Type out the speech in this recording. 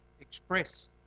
express